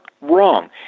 wrong